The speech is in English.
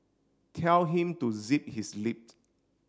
tell him to zip his lip